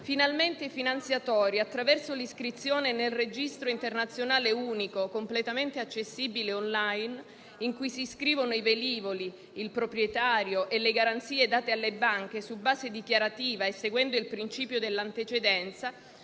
Finalmente i finanziatori, attraverso l'iscrizione nel registro internazionale unico completamente accessibile *online*, in cui si iscrivono i velivoli, il proprietario e le garanzie date alle banche su base dichiarativa e seguendo il principio della antecedenza,